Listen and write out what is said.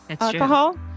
alcohol